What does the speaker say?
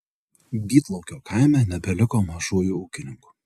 bytlaukio kaime nebeliko mažųjų ūkininkų